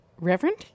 Reverend